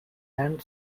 land